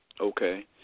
okay